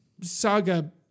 Saga